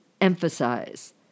emphasize